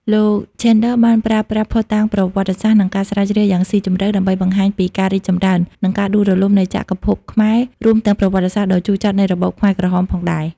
លោក Chandler បានប្រើប្រាស់ភស្តុតាងប្រវត្តិសាស្ត្រ និងការស្រាវជ្រាវយ៉ាងស៊ីជម្រៅដើម្បីបង្ហាញពីការរីកចម្រើន និងការដួលរលំនៃចក្រភពខ្មែរ រួមទាំងប្រវត្តិសាស្ត្រដ៏ជូរចត់នៃរបបខ្មែរក្រហមផងដែរ។